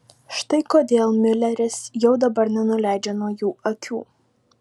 štai kodėl miuleris jau dabar nenuleidžia nuo jų akių